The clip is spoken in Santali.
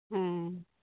ᱦᱮᱸ